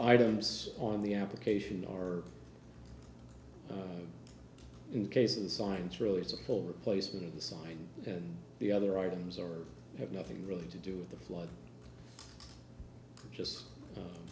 items on the application or in cases science really it's a full replacement of the sign and the other items are have nothing really to do with the flood just